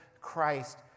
Christ